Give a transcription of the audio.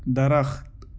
درخت